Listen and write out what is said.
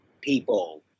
people